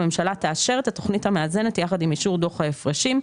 הממשלה תאשר את התוכנית המאזנת יחד עם אישור דוח ההפרשים,